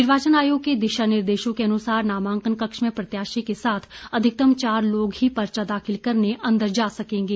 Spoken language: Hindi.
निर्वाचन आयोग के दिशा निर्देशों के अनुसार नामांकन कक्ष में प्रत्याशी के साथ अधिकतम चार लोग ही पर्चा दाखिल करने अंदर जा सकेंगे